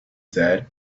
said